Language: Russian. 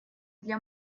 для